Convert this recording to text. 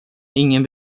ingen